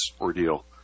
ordeal